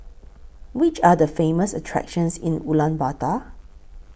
Which Are The Famous attractions in Ulaanbaatar